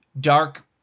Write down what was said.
dark